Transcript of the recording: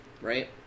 right